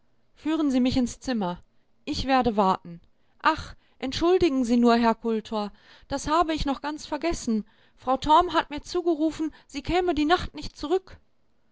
führen sie mich ins zimmer ich werde warten ach entschuldigen sie nur herr kultor das habe ich noch ganz vergessen frau torm hat mir zugerufen sie käme die nacht nicht zurück